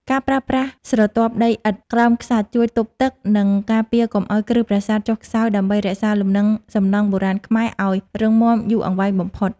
ការប្រើស្រទាប់ដីឥដ្ឋក្រោមខ្សាច់ជួយទប់ទឹក និង ការពារកុំឱ្យគ្រឹះប្រាសាទចុះខ្សោយដើម្បីរក្សាលំនឹងសំណង់បុរាណខ្មែរឱ្យរឹងមាំយូរអង្វែងបំផុត។